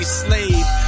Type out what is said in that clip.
slave